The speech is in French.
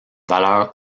valeur